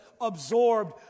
absorbed